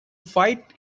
fight